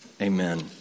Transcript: Amen